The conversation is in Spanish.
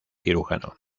cirujano